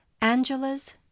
Angela's